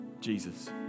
Jesus